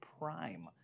Prime